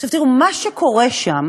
עכשיו תראו, מה שקורה שם